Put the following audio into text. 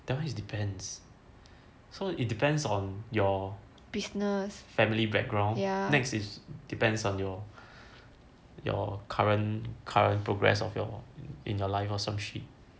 that one is depends so it depends on your family background next is depends on your your current current progress of your in your life or some shit